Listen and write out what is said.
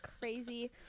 crazy